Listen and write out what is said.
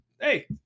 hey